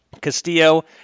Castillo